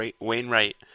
Wainwright